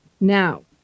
Now